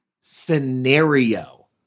scenario